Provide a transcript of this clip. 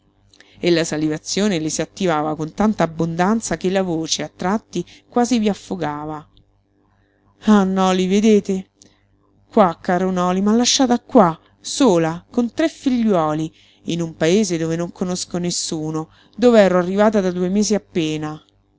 e la salivazione le si attivava con tanta abbondanza che la voce a tratti quasi vi affogava ah noli vedete qua caro noli m'ha lasciata qua sola con tre ffigliuoli in un paese dove non conosco nessuno dov'ero arrivata da due mesi appena